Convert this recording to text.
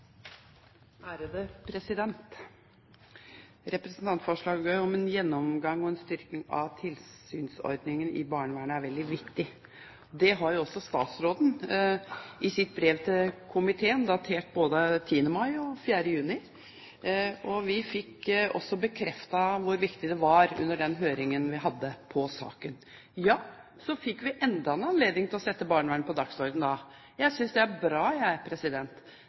veldig viktig. Det har også statsråden sagt i sine brev til komiteen, datert 10. mai og 4. juni. Vi fikk også bekreftet under høringen vi hadde om saken, hvor viktig det var. Ja, så fikk vi enda en anledning til å sette barnevern på dagsordenen. Jeg synes det er bra.